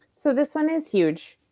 so this one is huge.